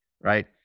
right